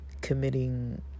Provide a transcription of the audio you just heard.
committing